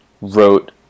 wrote